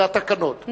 זה התקנות,